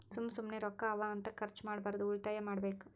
ಸುಮ್ಮ ಸುಮ್ಮನೆ ರೊಕ್ಕಾ ಅವಾ ಅಂತ ಖರ್ಚ ಮಾಡ್ಬಾರ್ದು ಉಳಿತಾಯ ಮಾಡ್ಬೇಕ್